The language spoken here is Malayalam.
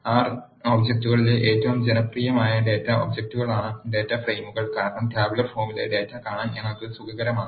ആർ പ്രോഗ്രാമിംഗിലെ ഏറ്റവും ജനപ്രിയമായ ഡാറ്റ ഒബ്ജക്റ്റുകളാണ് ഡാറ്റ ഫ്രെയിമുകൾ കാരണം ടാബുലാർ ഫോമിലെ ഡാറ്റ കാണാൻ ഞങ്ങൾക്ക് സുഖകരമാണ്